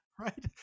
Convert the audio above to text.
right